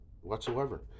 whatsoever